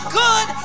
good